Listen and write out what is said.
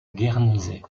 guernesey